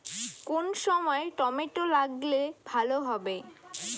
কোন সময় টমেটো লাগালে ভালো হবে?